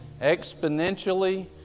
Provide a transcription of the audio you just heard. exponentially